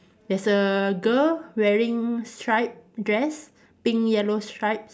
there's a girl wearing stripe dress pink yellow stripes